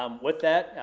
um with that,